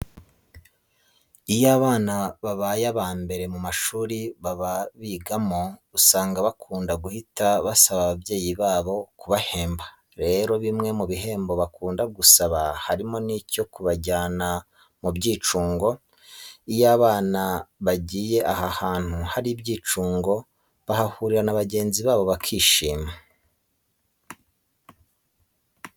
Iyo abana babaye aba mbere mu mashuri baba bigamo usanga bakunda guhita basaba ababyeyi babo kubahemba. Rero, bimwe mu bihembo bakunda gusaba harimo n'icyo kubajyana mu byicungo. Iyo abana bagiye aha hantu hari ibyicungo, bahahurira na bagenzi babo bakishima.